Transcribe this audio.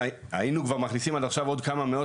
היינו כבר מכניסים עד עכשיו עוד כמה מאות